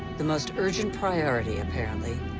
the most urgent priority, apparently,